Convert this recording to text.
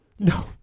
No